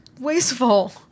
wasteful